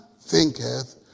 thinketh